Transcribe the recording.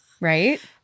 Right